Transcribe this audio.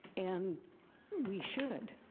and we should.